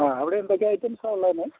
അവിടെ എന്തൊക്കെ ഐറ്റംസാണ് ഉള്ളത് ഇന്ന്